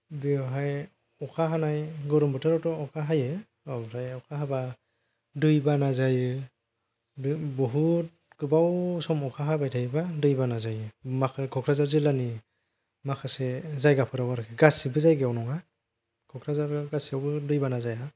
बेयावहाय अखा हानाय गरम बोथोरावथ' अखा हायो ओमफ्राय अखा हाबा दैबाना जायो ओमफ्राय बहुद गोबाव सम अखा हाबाय थायोबा दैबाना जायो माखासे क'क्राझार जिल्लानि माखासे जायगाफोराव आरो गासैबो जायगायाव नङा क'क्राझाराव गासैयावबो दै बाना जाया